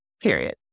Period